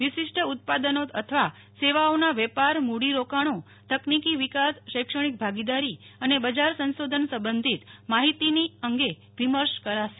વિશિષ્ટ ઉત્પાદનો અથવા સેવાઓના વેપાર મુડી રોકાણોતકનીકી વિકાસ શૈક્ષણિક ભાગીદારી અને બજાર સંશોધન સંબંધિત માહિતીની અંગે વિમર્શ કરાશે